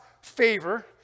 favor